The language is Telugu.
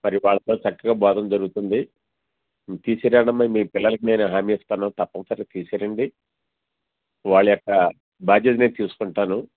మరి వాళ్ళతో చక్కగా బోధన జరుగుతుంది తీసుకురండి అమ్మ మీ పిల్లలకి నేను హామి ఇస్తాను తప్పని సరిగా తీసుకురండి వాళ్ళ యొక్క బాధ్యత నేను తీసుకుంటాను